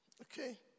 Okay